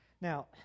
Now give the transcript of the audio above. Now